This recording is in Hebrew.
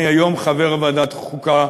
אני היום חבר בוועדת החוקה,